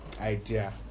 idea